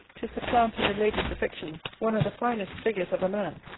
to supplant in a lady's affections one of the finest figures of a man,